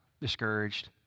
discouraged